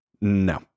No